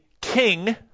king